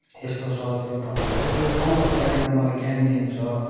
यस्तो छ त्यो ठाउँहरू है त्यो ठाउँहरूको बारेमा मलाई ज्ञान दिनु छ